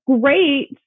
great